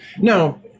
Now